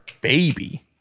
baby